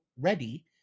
ready